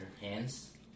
hands